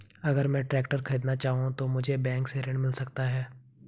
अगर मैं ट्रैक्टर खरीदना चाहूं तो मुझे बैंक से ऋण मिल सकता है?